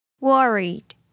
Worried